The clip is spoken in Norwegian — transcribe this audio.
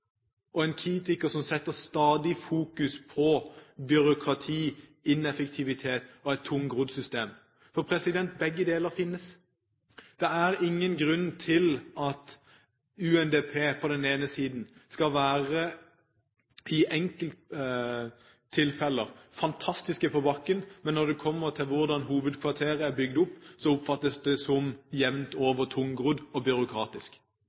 og en kritiker som setter stadig fokus på byråkrati, ineffektivitet og et tungrodd system. For det finnes også. Det er ingen grunn til at UNDP på den ene siden, i enkelte tilfeller, skal være fantastisk på bakken – men når man kommer til hvordan hovedkvarteret er bygd opp, oppfattes det som jevnt over tungrodd og byråkratisk.